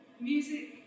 Music